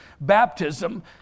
baptism